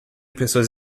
pessoas